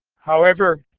however,